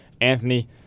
Anthony